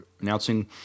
announcing